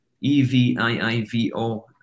E-V-I-I-V-O